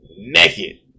naked